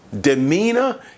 demeanor